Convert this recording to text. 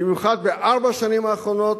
במיוחד בארבע השנים האחרונות,